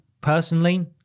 personally